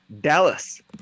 Dallas